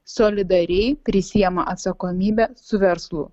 solidariai prisiima atsakomybę su verslu